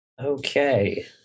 okay